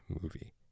movie